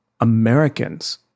Americans